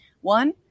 One